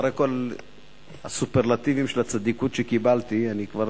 אחרי כל הסופרלטיבים של הצדיקוּת שקיבלתי אני כבר